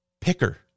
picker